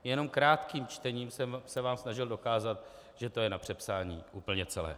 Jenom krátkým čtením jsem se vám snažil dokázat, že to je na přepsání úplně celé.